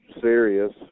serious